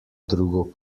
drugo